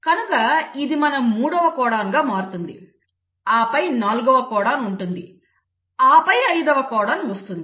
కనుక ఇది మన మూడవ కోడాన్గా మారుతుంది ఆపై నాల్గవ కోడాన్ ఉంటుంది ఆపై ఐదవ కోడాన్ వస్తుంది